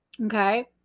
Okay